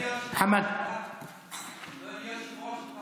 אדוני היושב-ראש,